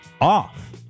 off